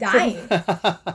这是